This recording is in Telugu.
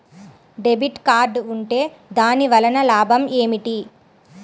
డెబిట్ కార్డ్ ఉంటే దాని వలన లాభం ఏమిటీ?